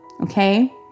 Okay